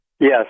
Yes